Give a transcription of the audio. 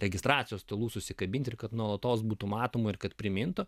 registracijos stalų susikabint ir kad nuolatos būtų matomų ir kad primintų